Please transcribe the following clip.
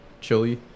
chili